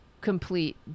complete